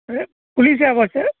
এই ফুলিছে অৱশ্যে